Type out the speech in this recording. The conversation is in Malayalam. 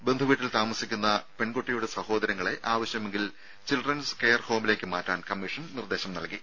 ബന്ധുവീട്ടിൽ താമസിക്കുന്ന പെൺകുട്ടിയുടെ സഹോദരങ്ങളെ ആവശ്യമെങ്കിൽ ചിൽഡ്രൻസ് കെയർ ഹോമിലേക്ക് മാറ്റാൻ കമ്മീഷൻ നിർദ്ദേശം നൽകി